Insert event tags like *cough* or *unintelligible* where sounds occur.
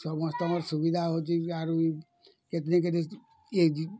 ସମସ୍ତଙ୍କର ସୁବିଧା ହେଉଛି ଆରୁ *unintelligible*